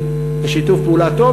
שיתוף פעולה טוב.